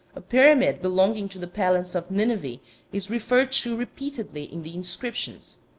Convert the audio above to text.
a pyramid belonging to the palace of nineveh is referred to repeatedly in the inscriptions.